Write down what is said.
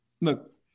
look